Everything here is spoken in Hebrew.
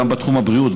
גם בתחום הבריאות,